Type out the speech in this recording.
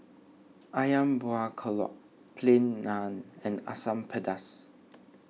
Ayam Buah Keluak Plain Naan and Asam Pedas